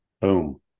Boom